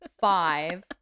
five